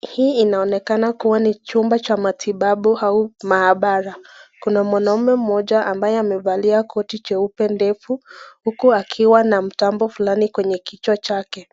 Hii inaonekana kuwa ni chumba cha matibabu au maabara. Kuna mwanaume mmoja ambayo amevalia koti jeupe ndefu, huku akiwa na mtambo fulani kwenye kichwa chake.